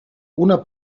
una